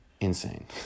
Insane